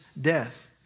death